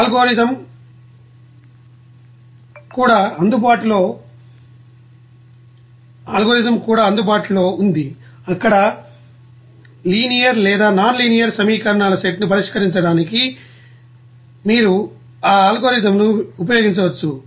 algorithm కూడా అందుబాటులో ఉంది అక్కడ లీనియర్ లేదా నాన్ లీనియర్ సమీకరణాల సెట్ ను పరిష్కరించడానికి మీరు ఆ అల్గోరిథంను ఉపయోగించవచ్చు